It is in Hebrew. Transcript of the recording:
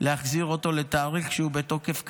להחזיר אותו לתאריך שהוא בתוקף קדימה.